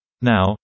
Now